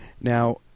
Now